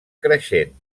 creixent